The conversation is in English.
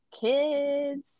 kids